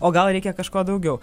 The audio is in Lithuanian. o gal reikia kažko daugiau